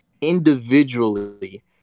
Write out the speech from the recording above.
individually